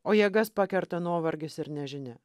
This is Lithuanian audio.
o jėgas pakerta nuovargis ir nežinia